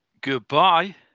goodbye